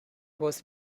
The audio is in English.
was